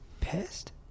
pissed